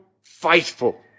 faithful